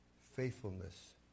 faithfulness